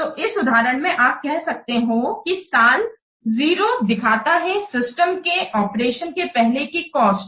तो इस उदाहरण में आप यह कह सकते हो की साल 0 दिखाता है सिस्टम के ऑपरेशन के पहले की कॉस्ट